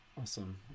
awesome